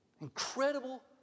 Incredible